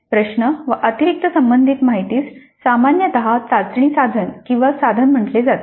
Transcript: प्रश्न व अतिरिक्त संबंधित माहितीस सामान्यत चाचणी साधन किंवा साधन म्हटले जाते